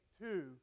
two